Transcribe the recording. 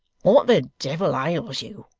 what the devil ails you?